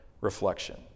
reflection